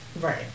Right